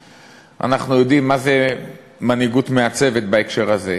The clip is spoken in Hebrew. אנחנו יודעים מה זה מנהיגות מעצבת, בהקשר הזה.